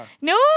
No